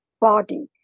body